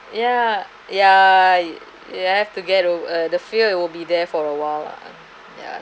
yeah ya you have to get over the fear it will be there for awhile lah yeah